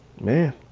man